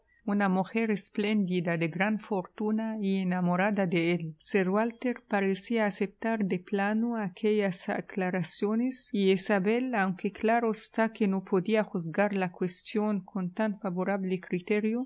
una mujer espléndida de gran fortuna y enamorada de él sir walter parecía aceptar de plano aquellas aclaraciones e isabel aunque claro está que no podía juzgar la cuestión con tan favorable criterio